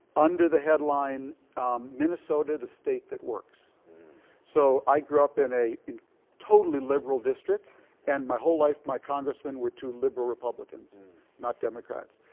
under the headline minnesota the state that works so i grew up in a totally liberal district and my whole life my congressmen were two liberal republicans not democrats.